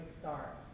start